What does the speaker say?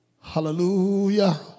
Hallelujah